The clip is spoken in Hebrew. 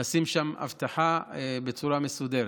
נשים שם אבטחה בצורה מסודרת.